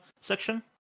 section